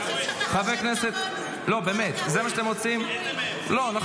לא, נכון?